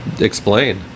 explain